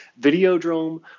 Videodrome